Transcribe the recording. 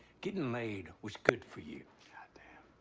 gettin' laid was good for you. goddamn.